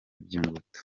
by’ingutu